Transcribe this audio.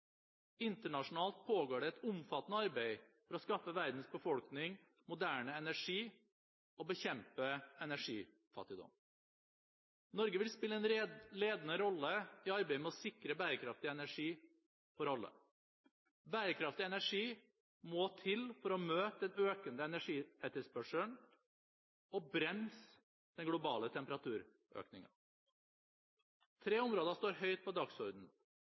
Internasjonalt pågår det et omfattende arbeid for å skaffe verdens befolkning moderne energi og bekjempe «energifattigdom». Norge vil spille en ledende rolle i arbeidet med å sikre Bærekraftig energi for alle. Bærekraftig energi må til for å møte den økende energietterspørselen og bremse den globale temperaturøkningen. Tre områder står høyt på dagsordenen: